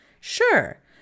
Sure